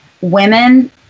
women